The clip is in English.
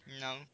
No